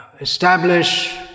establish